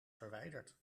verwijderd